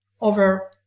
over